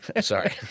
Sorry